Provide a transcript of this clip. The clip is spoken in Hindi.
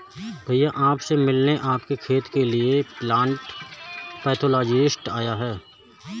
भैया आप से मिलने आपके खेत के लिए प्लांट पैथोलॉजिस्ट आया है